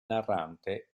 narrante